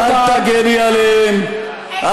אל תגני עליהם.